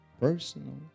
personal